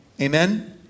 Amen